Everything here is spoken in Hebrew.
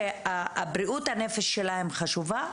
שבריאות הנפש שלהם חשובה,